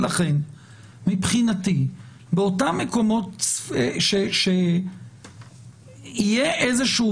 לכן מבחינתי באותם מקומות שיהיה איזשהו